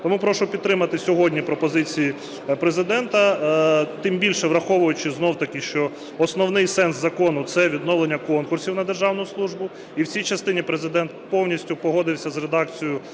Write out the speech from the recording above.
Тому прошу підтримати сьогодні пропозиції Президента. Тим більше, враховуючи знову-таки, що основний сенс закону – це відновлення конкурсів на державну службу, і в цій частині Президент повністю погодився з редакцією,